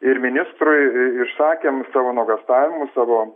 ir ministrui išsakėm savo nuogąstavimus savo